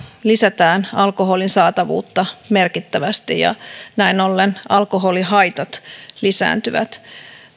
lisätään alkoholin saatavuutta merkittävästi ja näin ollen alkoholihaitat lisääntyvät